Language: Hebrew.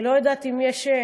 אני לא יודעת אם יש,